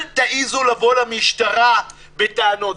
אל תעזו לבוא למשטרה בטענות.